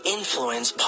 Influence